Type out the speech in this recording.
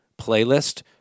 playlist